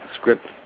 script